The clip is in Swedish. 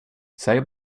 säg